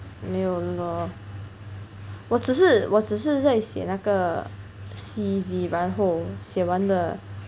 没有了我只是我只是在写那个 C_V 然后写完了